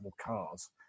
cars